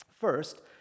First